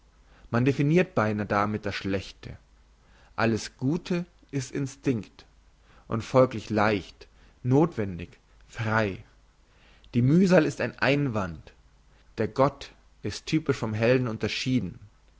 man definirt beinahe damit das schlechte alles gute ist instinkt und folglich leicht nothwendig frei die mühsal ist ein einwand der gott ist typisch vom helden unterschieden